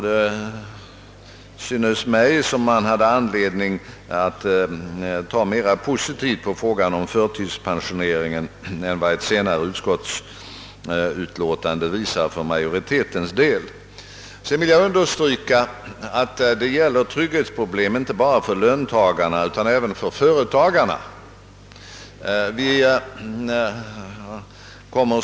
Det synes mig som om man hade anledning att se mer positivt på frågan om förtidspensioneringen än vad ett senare utskottsbetänkande visar för majoritetens del. Vidare vill jag understryka att det gäller trygghetsproblem inte bara för löntagarna utan även för företagarna.